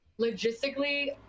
logistically